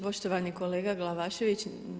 Poštovani kolega Glavašević.